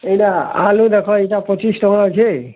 ଇ'ଟା ଆଲୁ ଦେଖ ଇ'ଟା ପଚିଶ୍ ଟଙ୍କା ଅଛେ